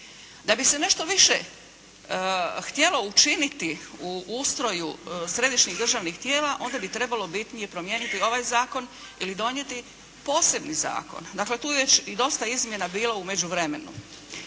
Da bi se nešto više htjelo učiniti u ustroju središnjih državnih tijela onda bi trebalo bitnije promijeniti ovaj zakon ili donijeti posebni zakon. Dakle tu je već i dosta izmjena bilo u međuvremenu.